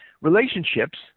relationships